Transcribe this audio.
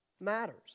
matters